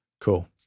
Cool